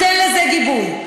נותן לזה גיבוי.